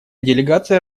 делегация